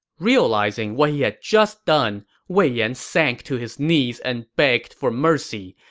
realizing what he had just done, wei yan sank to his knees and begged for mercy.